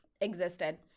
existed